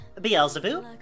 Beelzebub